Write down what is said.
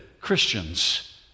Christians